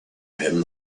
him